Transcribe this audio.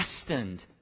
destined